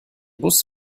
bus